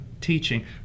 teaching